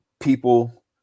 People